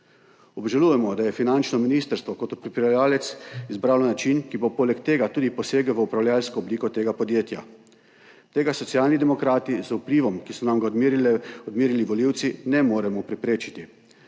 Obžalujemo, da je finančno ministrstvo kot pripravljavec izbralo način, ki bo poleg tega tudi posegel v upravljavsko obliko tega podjetja. Tega Socialni demokrati z vplivom, ki so nam ga odmerili volivci, ne moremo preprečiti,